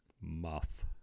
Muff